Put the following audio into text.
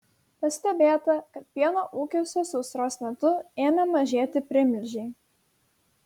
pastebėta kad pieno ūkiuose sausros metu ėmė mažėti primilžiai